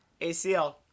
ACL